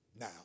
now